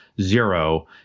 zero